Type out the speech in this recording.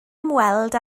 ymweld